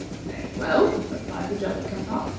very well, replied the jolly-cum-pop,